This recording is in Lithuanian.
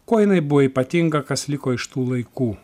kuo jinai buvo ypatinga kas liko iš tų laikų